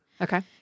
Okay